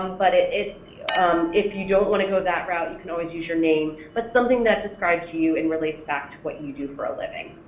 um but if you um if you don't want to go that route you can always use your name but something that describes you you and relates back to what you do for a living.